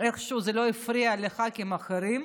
איכשהו זה לא הפריע לחברי כנסת אחרים.